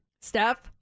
steph